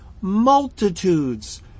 multitudes